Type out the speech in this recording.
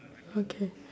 okay